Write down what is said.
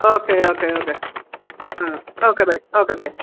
okay okay okay ആ okay bye okay by